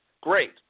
great